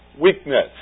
weakness